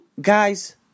guys